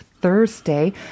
Thursday